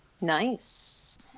nice